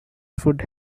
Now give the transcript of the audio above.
would